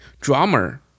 Drummer